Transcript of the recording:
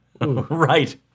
Right